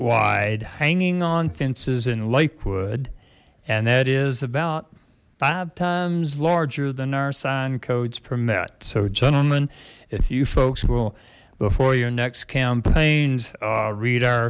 wide hanging on fences in lakewood and that is about five times larger than our sign codes permit so gentlemen if you folks will before your next campaigns read